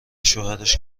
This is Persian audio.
شوهرش